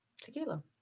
tequila